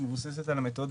שמבוססת על המתודה